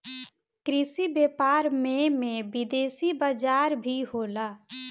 कृषि व्यापार में में विदेशी बाजार भी होला